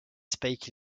spike